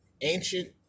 Ancient